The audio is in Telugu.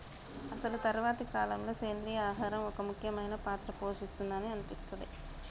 అసలు తరువాతి కాలంలో, సెంద్రీయ ఆహారం ఒక ముఖ్యమైన పాత్ర పోషిస్తుంది అని అనిపిస్తది